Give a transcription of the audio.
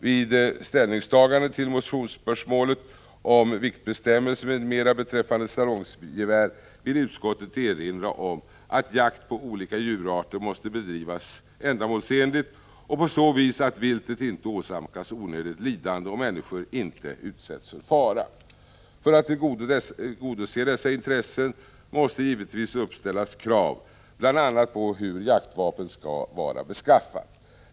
Vid ställningstagandet till motionsspörsmålet om viktbestämmelser m.m. beträffande salongsgevär vill utskottet erinra om att jakt på olika djurarter måste bedrivas ändamålsenligt och på så vis att viltet inte åsamkas onödigt lidande och människor inte utsätts för fara. För att tillgodose dessa intressen måste givetvis uppställas krav bl.a. på hur ett jaktvapen skall vara beskaffat.